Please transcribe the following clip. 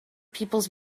peoples